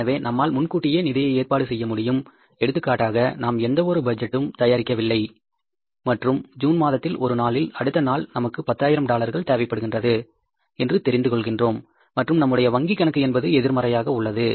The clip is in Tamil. எனவே நம்மால் முன்கூட்டியே நிதியை ஏற்பாடு செய்ய முடியும் எடுத்துக்காட்டாக நாம் எந்த ஒரு பட்ஜெட்டும் தயாரிக்கவில்லை மற்றும் ஜூன் மாதத்தில் ஒரு நாளில் அடுத்த நாள் நமக்கு 10000 டாலர்கள் தேவைப்படுகின்றது என்று தெரிந்து கொள்கின்றோம் மற்றும் நம்முடைய வங்கி கணக்கு என்பது எதிர்மறையாக உள்ளது